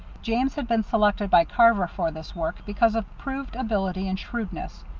james had been selected by carver for this work because of proved ability and shrewdness.